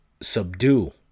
subdue